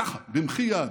ככה, במחי יד,